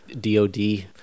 DOD